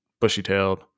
bushy-tailed